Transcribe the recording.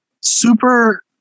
super